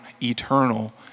eternal